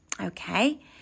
Okay